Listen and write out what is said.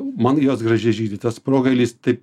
man jos gražiai žydi tas progailis taip